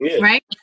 right